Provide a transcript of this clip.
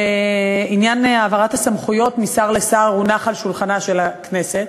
שעניין העברת הסמכויות משר לשר הונח על שולחנה של הכנסת,